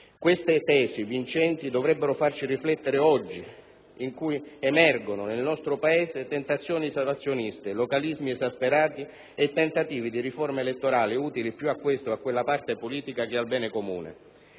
Queste tesi vincenti dovrebbero farci riflettere oggi in cui emergono nel nostro Paese tentazioni isolazioniste, localismi esasperati e tentativi di riforme elettorali utili più a questa o a quella parte politica che al bene comune.